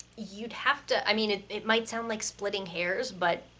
you'd have to, i mean, it, it might sound like splitting hairs, but